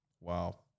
Wow